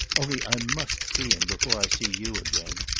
only i must see him before i see you again.